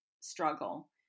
struggle